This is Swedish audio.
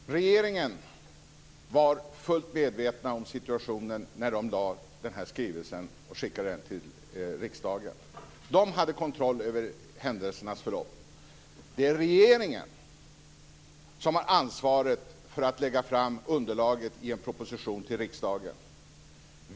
Herr talman! Regeringen var fullt medveten om situationen när den lade fram skrivelsen och skickade den till riksdagen. Regeringen hade kontroll över händelsernas förlopp. Det är regeringen som har ansvaret för underlaget i en proposition till riksdagen.